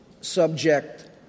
subject